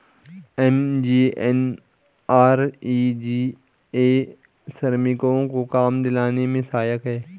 MGNREGA श्रमिकों को काम दिलाने में सहायक है